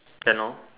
can lor